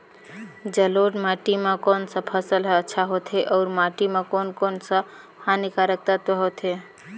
जलोढ़ माटी मां कोन सा फसल ह अच्छा होथे अउर माटी म कोन कोन स हानिकारक तत्व होथे?